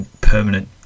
permanent